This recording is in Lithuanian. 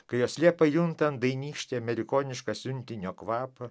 kai juslė pajunta andainykštį amerikonišką siuntinio kvapą